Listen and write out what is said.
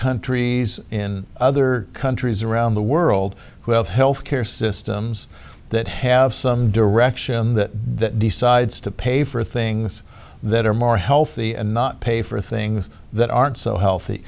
countries in other countries around the world who have health care systems that have some direction that decides to pay for things that are more healthy and not pay for things that aren't so healthy